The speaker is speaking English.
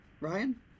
Ryan